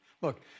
Look